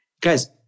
Guys